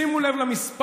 שימו לב למספר,